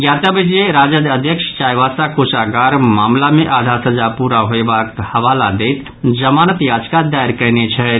ज्ञातव्य अछि जे राजद अध्यक्ष चाईबासा कोषागार मामिला मे आधा सजा पूरा होयबाक हवाला दैत जमानत याचिका दायर कयने छथि